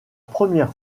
première